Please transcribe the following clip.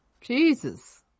Jesus